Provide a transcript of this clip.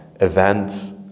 events